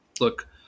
look